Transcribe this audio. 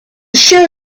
show